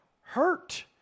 hurt